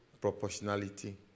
proportionality